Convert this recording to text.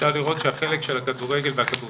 אפשר לראות את החלק של הכדורגל והכדורסל,